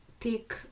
thick